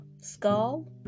Skull